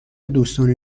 دوستان